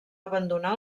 abandonar